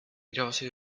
irabazi